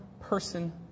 person